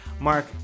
Mark